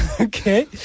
Okay